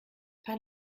pas